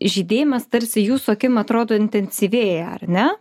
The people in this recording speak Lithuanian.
žydėjimas tarsi jūsų akim atrodo intensyvėja ar ne